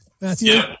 Matthew